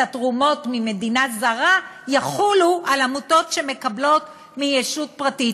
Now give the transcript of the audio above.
התרומות ממדינה זרה יחולו על עמותות שמקבלות מישות פרטית.